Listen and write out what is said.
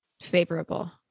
favorable